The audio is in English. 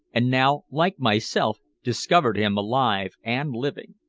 and now, like myself, discovered him alive and living.